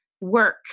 work